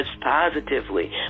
positively